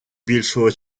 більшого